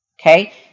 okay